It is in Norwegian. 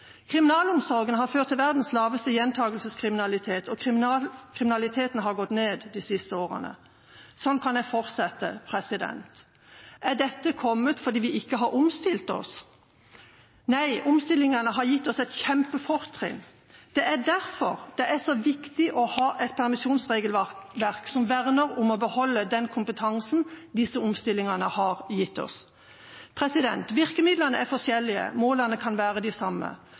Kriminalomsorgen har ført til verdens laveste gjentakelseskriminalitet, og kriminaliteten har gått ned de siste årene. Sånn kan jeg fortsette. Er dette kommet fordi vi ikke har omstilt oss? Nei, omstillingene har gitt oss et kjempefortrinn. Det er derfor det er så viktig å ha et permisjonsregelverk som verner om å beholde den kompetansen disse omstillingene har gitt oss. Virkemidlene er forskjellige, selv om målene kan være de samme.